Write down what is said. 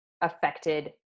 affected